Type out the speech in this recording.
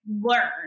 learn